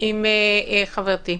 עם חברתי,